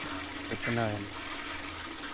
ᱩᱛᱱᱟᱹᱣᱮᱱᱟ